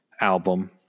album